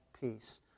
peace